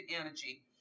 energy